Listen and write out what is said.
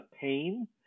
pain